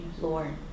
Lord